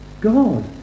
God